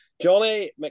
Johnny